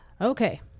Okay